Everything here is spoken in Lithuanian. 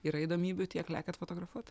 yra įdomybių tiek lekiat fotografuot